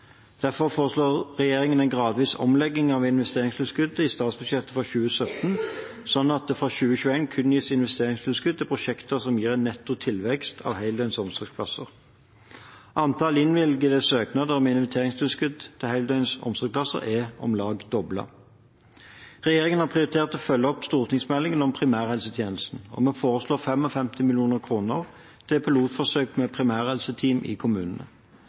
Derfor foreslo regjeringen en gradvis omlegging av investeringstilskuddet i statsbudsjettet for 2017, slik at det fra 2021 kun gis investeringstilskudd til prosjekter som gir netto tilvekst av heldøgns omsorgsplasser. Antall innvilgede søknader om investeringstilskudd til heldøgns omsorgsplasser er om lag doblet. Regjeringen har prioritert å følge opp stortingsmeldingen om primærhelsetjenesten, og vi foreslår 55 mill. kr til pilotforsøk med primærhelseteam i kommunene.